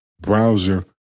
browser